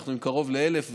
אנחנו עם קרוב ל-1,000,